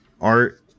art